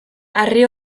harri